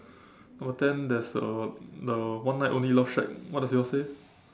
number ten there's a the one night only love shack what does yours say